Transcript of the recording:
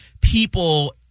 people